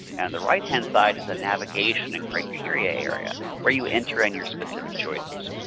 and the right-hand side is a navigation and criteria area where you enter in your specific choices.